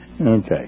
okay